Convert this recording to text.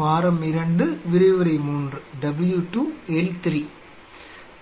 வாரம் 2 விரிவுரை 3 W 2 L 3